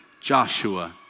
Joshua